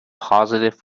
positive